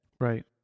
Right